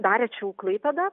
dar rečiau klaipėda